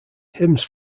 hymns